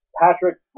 Patrick